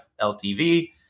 LTV